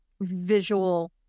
visual